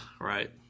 Right